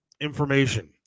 information